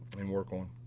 and work on.